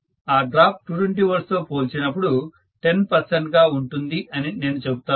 ఆ drop 220V తో పోల్చినపుడు 10 పర్సెంట్ గా ఉంటుంది అని నేను చెబుతాను